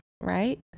right